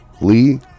Lee